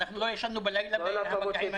אנחנו לא ישנו בלילה בגלל המגעים האלה.